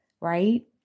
right